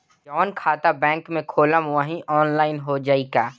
जवन खाता बैंक में खोलम वही आनलाइन हो जाई का?